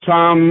Tom